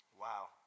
Wow